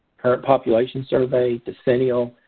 current population survey, decennial,